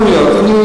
יכול להיות.